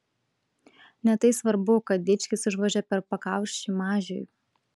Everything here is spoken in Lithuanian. ne tai svarbu kad dičkis užvožia per pakaušį mažiui